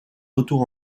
retour